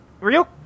real